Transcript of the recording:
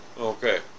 Okay